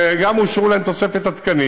וגם אושרה להם תוספת תקנים.